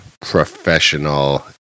professional